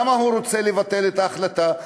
למה הוא רוצה לבטל את ההחלטה?